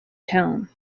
town